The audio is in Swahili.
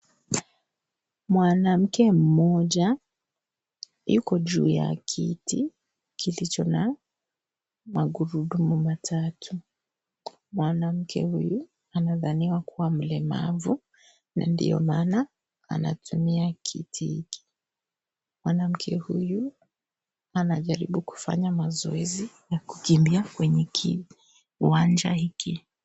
Mwanamkemmoja yuko juu ya kiti kilicho na magurudumu matatu mwanamke huyu anadhaniwa kuwa mlemavu na ndio maana anatumia kiti, mwanamke huyu anajaribu kufanya mazoezi ya kukimbia kwenye uwanja hiki.